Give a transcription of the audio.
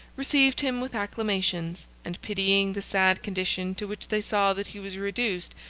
received him with acclamations and pitying the sad condition to which they saw that he was reduced,